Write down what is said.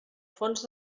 fons